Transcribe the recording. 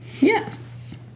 Yes